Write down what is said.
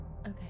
Okay